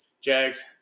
jags